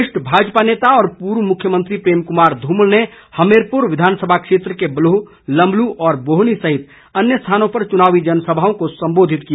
वरिष्ठ भाजपा नेता व पूर्व मुख्यमंत्री प्रेम कुमार धूमल ने हमीरपुर विधानसभा क्षेत्र के बलोह लम्बलू और बोहनी सहित अन्य स्थानों पर चुनावी जनसभाओं को सम्बोधित किया